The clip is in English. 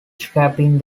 scrapping